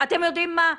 אתם יודעים מה,